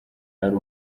ari